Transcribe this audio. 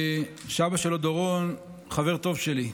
שהאבא שלו, דורון, הוא חבר טוב שלי.